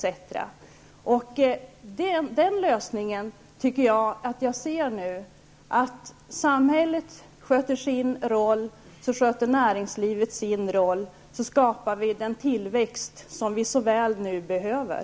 Jag tycker att jag nu ser den lösning som innebär att staten sköter sin roll och näringslivet sköter sin. Då skapar vi den tillväxt som vi så väl behöver.